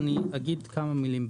אני אגיד כמה מילים,